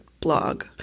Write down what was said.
blog